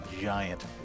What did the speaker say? giant